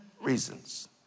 reasons